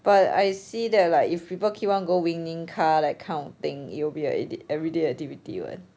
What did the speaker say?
but I see that like if people keep on go winning car like kind of thing it will be a ever~ everyday activity [what]